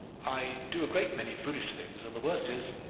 i do a great many foolish things, and the worst is,